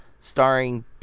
starring